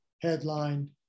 headlined